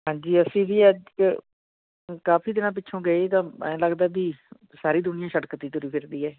ਹਾਂਜੀ ਅਸੀਂ ਵੀ ਅੱਜ ਕਾਫੀ ਦਿਨਾਂ ਪਿੱਛੋਂ ਗਏ ਤਾਂ ਐਂ ਲੱਗਦਾ ਵੀ ਸਾਰੀ ਦੁਨੀਆਂ ਸੜਕ 'ਤੇ ਤੁਰੀ ਫਿਰਦੀ ਹੈ